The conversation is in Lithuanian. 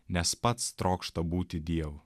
nes pats trokšta būti dievu